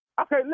Okay